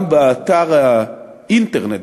גם באתר האינטרנט,